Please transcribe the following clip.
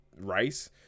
rice